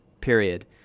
period